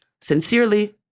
Sincerely